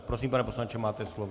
Prosím, pane poslanče, máte slovo.